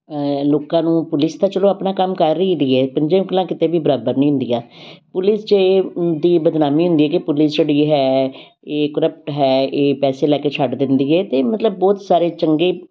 ਲੋਕਾਂ ਨੂੰ ਪੁਲਿਸ ਤਾਂ ਚਲੋ ਆਪਣਾ ਕੰਮ ਕਰ ਰਹੀ ਦੀ ਹੈ ਪੰਜੇ ਉਂਗਲਾਂ ਕਿਤੇ ਵੀ ਬਰਾਬਰ ਨਹੀਂ ਹੁੰਦੀਆਂ ਪੁਲਿਸ ਚੇ ਦੀ ਬਦਨਾਮੀ ਹੁੰਦੀ ਕਿ ਪੁਲਿਸ ਜਿਹੜੀ ਹੈ ਇਹ ਕਰਪਟ ਹੈ ਇਹ ਪੈਸੇ ਲੈ ਕੇ ਛੱਡ ਦਿੰਦੀ ਹੈ ਅਤੇ ਮਤਲਬ ਬਹੁਤ ਸਾਰੇ ਚੰਗੇ